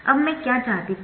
अब मैं क्या चाहती थी